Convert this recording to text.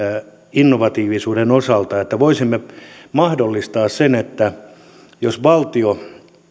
innovatiivisuuden osalta että voisimme mahdollistaa sen että jos valtio